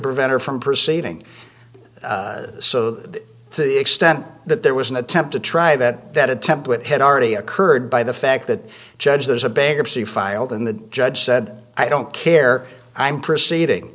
prevent her from proceeding so that to the extent that there was an attempt to try that that a template had already occurred by the fact that judge there's a bankruptcy filed in the judge said i don't care i'm proceeding